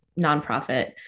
nonprofit